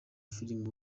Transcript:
filime